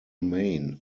main